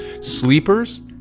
Sleepers